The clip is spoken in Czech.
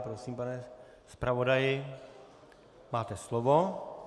Prosím, pane zpravodaji, máte slovo.